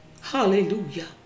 Hallelujah